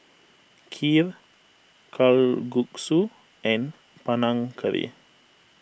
Kheer Kalguksu and Panang Curry